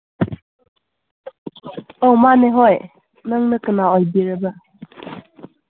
ꯑꯧ ꯃꯥꯅꯦ ꯍꯣꯏ ꯅꯪꯅ ꯀꯅꯥ ꯑꯣꯏꯕꯤꯔꯕ